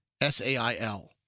S-A-I-L